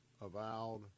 avowed